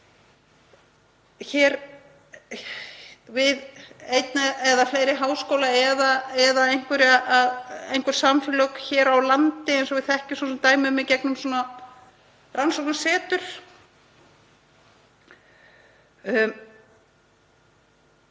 við einn eða fleiri háskóla eða einhver samfélög hér á landi, eins og við þekkjum dæmi um í gegnum rannsóknasetur.